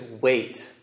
wait